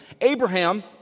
Abraham